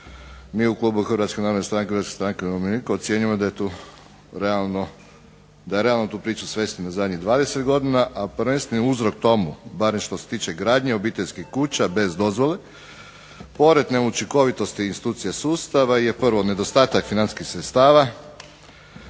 Mi u klubu Hrvatske narodne stranke i Hrvatske stranke umirovljenika ocjenjujemo da je tu realno, da je realno tu priču svesti na zadnjih 20 godina, a prvenstveni uzrok tomu, barem što se tiče gradnje obiteljskih kuća bez dozvole, pored neučinkovitosti institucija sustava je prvo nedostatak financijskih sredstava,